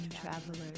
travelers